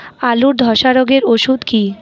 আলুর ধসা রোগের ওষুধ কি?